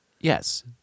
Yes